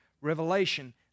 revelation